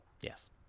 Yes